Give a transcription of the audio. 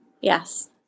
Yes